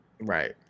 right